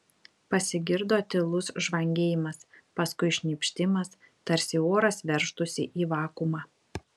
pasigirdo tylus žvangėjimas paskui šnypštimas tarsi oras veržtųsi į vakuumą